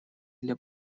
для